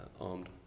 armed